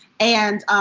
and